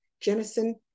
Jennison